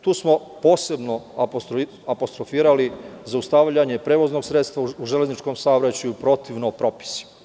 Tu smo posebno apostrofirali zaustavljanje prevoznog sredstva u železničkom saobraćaju protivno propisima.